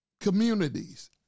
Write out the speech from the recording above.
Communities